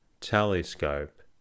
telescope